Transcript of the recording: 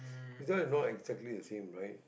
this one is not exactly the same right